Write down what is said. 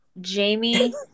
Jamie